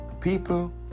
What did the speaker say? People